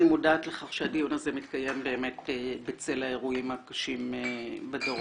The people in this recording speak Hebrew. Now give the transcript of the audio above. אני מודעת לכך שהדיון הזה מתקיים באמת בצל האירועים הקשים בדרום.